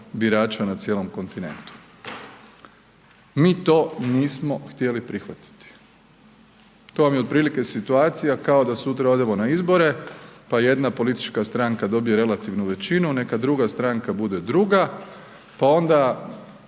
birača na cijelom kontinentu. Mi to nismo htjeli prihvatiti. To vam je otprilike situacija kao da sutra odemo na izbore, pa jedna politička stranka dobije relativnu većinu, neka druga stranka bude druga, pa onda